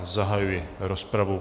Zahajuji rozpravu.